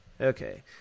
Okay